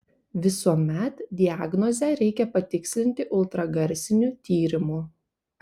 visuomet diagnozę reikia patikslinti ultragarsiniu tyrimu